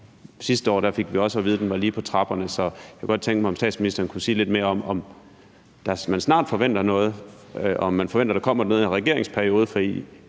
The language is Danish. sidste år fik vi også at vide, at den var lige på trapperne. Så jeg kunne godt tænke mig, at statsministeren kunne sige lidt mere om, om man snart forventer, at der kommer noget i regeringsperioden, for vi